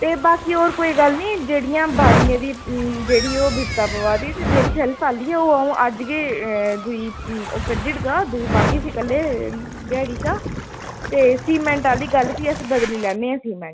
ते बाकी होर कोई गल्ल निं जेह्ड़ियां बारियें दी जेह्ड़ी ओह् बिपता प'वा दी ते जेह्ड़ी शैल्फ आह्ली ऐ ओह् अ'ऊं अज्ज गै दूई ओह् कड्ढी ओड़गा दूई पाह्गे इस्सी कल्लै ध्याड़ी शा ते सीमेंट आह्ली गल्ल फ्ही अस बदली लैन्ने आं सीमेंट